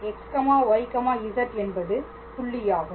Pxyz என்பது புள்ளியாகும்